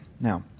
Now